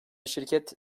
şirket